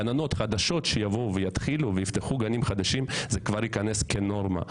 לגננות חדשות שיבואו ויפתחו גנים חדשים זה כבר ייכנס כנורמה.